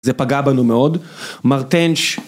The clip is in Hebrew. זה פגע בנו מאוד, מרטנש